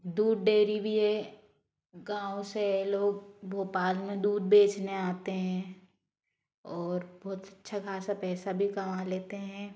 दूध डेयरी भी है गाँव से लोग भोपाल में दूध बेचने आते हैं और बहुत अच्छा खासा पैसा भी कमा लेते हैं